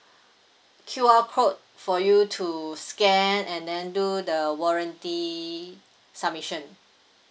Q_R code for you to scan and then do the warranty submission